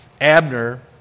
Abner